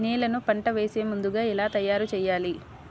నేలను పంట వేసే ముందుగా ఎలా తయారుచేయాలి?